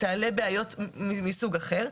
תעלה בעיות מסוג אחר.